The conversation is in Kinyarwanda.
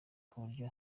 kuburyo